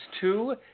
two